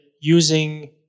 using